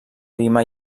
lima